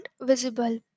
visible